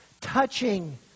touching